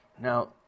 Now